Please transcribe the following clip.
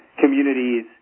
communities